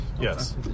yes